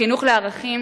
חינוך לערכים